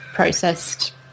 processed